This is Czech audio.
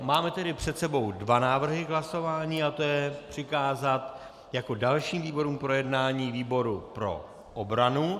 Máme tedy před sebou dva návrhy k hlasování, a to je přikázat jako dalším výboru k projednání výboru pro obranu.